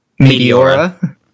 Meteora